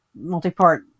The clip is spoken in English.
multi-part